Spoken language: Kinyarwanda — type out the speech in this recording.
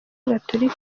gatolika